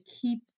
keep